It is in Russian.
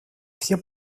все